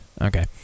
Okay